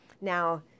Now